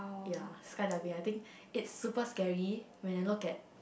ya skydiving I think it super scary when I look at